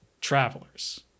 travelers